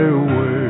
away